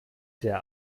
der